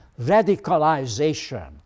radicalization